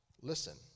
listen